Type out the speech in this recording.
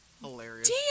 hilarious